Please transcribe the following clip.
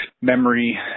memory